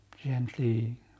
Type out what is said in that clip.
Gently